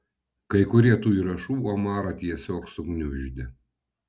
kai kurie tų įrašų omarą tiesiog sugniuždė